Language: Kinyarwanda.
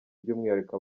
by’umwihariko